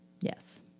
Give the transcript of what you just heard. Yes